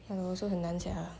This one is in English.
oh also 很难讲